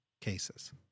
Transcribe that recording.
cases